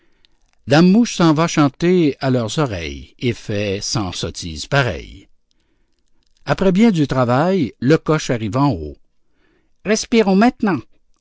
dame mouche s'en va chanter à leurs oreilles et fait cent sottises pareilles après bien du travail le coche arrive au haut respirons maintenant